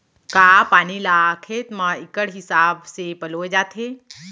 का पानी ला खेत म इक्कड़ हिसाब से पलोय जाथे?